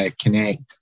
connect